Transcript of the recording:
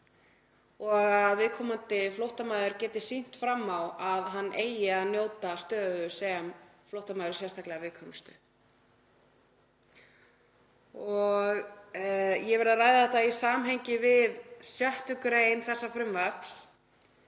að viðkomandi flóttamaður geti sýnt fram á að hann eigi að njóta stöðu sem flóttamaður í sérstaklega viðkvæmri stöðu. Ég hef verið að ræða þetta í samhengi við 6. gr. þessa frumvarps